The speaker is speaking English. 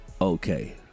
Okay